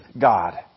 God